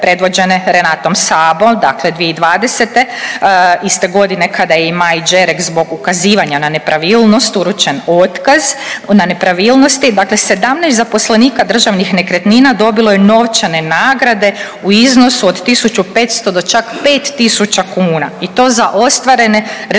Renatom Sabo dakle 2020. iste godine kada je i Maji Đerek zbog ukazivanja na nepravilnost uručen otkaz na nepravilnosti, dakle 17 zaposlenika Državnih nekretnina dobilo je novčane nagrade u iznosu od 1.500 do čak 5.000 kuna i to za ostvarene rezultate